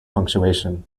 punctuation